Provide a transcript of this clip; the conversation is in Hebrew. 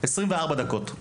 24 דקות.